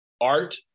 art